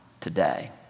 today